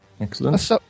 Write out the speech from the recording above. excellent